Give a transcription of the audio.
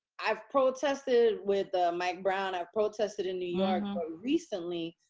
i've protested with mike brown, i've protested in new york. but recently,